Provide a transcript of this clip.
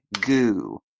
goo